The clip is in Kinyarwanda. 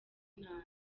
ntara